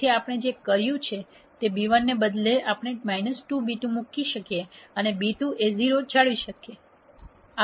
તેથી આપણે જે કર્યું છે તે b1 ને બદલે આપણે 2b2 મૂક્યા છે અને b2 અને 0 જાળવીએ છીએ